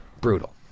Brutal